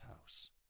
house